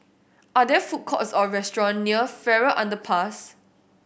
are there food courts or restaurants near Farrer Underpass